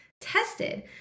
tested